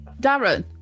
Darren